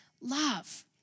love